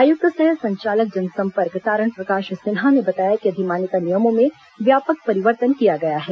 आयुक्त सह संचालक जनसंपर्क तारण प्रकाश सिन्हा ने बताया कि अधिमान्यता नियमों में व्यापक परिवर्तन किया गया है